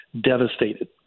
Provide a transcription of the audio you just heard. devastated